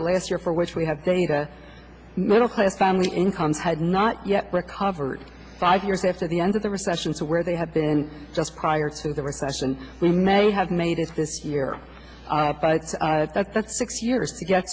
the last year for which we have data middle class family income had not yet recovered five years after the end of the recession to where they had been just prior to the recession we may have made it this year but that's six years to get